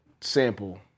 sample